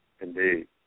Indeed